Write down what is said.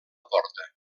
porta